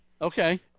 Okay